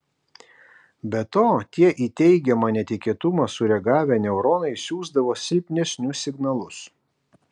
be to tie į teigiamą netikėtumą sureagavę neuronai siųsdavo silpnesnius signalus